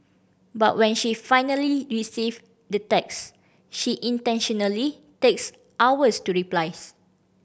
but when she finally receive the text she intentionally takes hours to replys